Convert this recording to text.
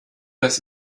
das